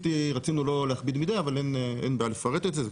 רצינו לא להכביד מידי, אין בעיה לפרט את זה.